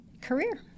career